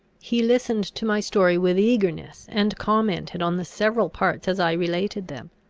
he listened to my story with eagerness, and commented on the several parts as i related them.